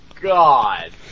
god